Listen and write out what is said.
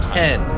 ten